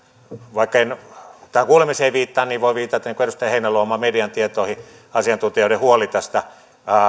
vaikka en tähän kuulemiseen viittaa voin viitata median tietoihin niin kuin edustaja heinäluoma asiantuntijoiden huoli tästä